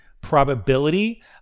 probability